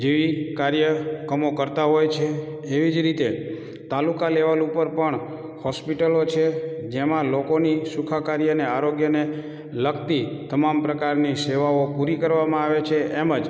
જેવી કાર્યક્રમો કરતા હોય છે એવી જ રીતે તાલુકા લૅવલ ઉપર પણ હૉસ્પિટલો છે જેમાં લોકોની સુખાકારી અને આરોગ્યને લગતી તમામ પ્રકારની સેવાઓ પૂરી કરવામાં આવે છે એમ જ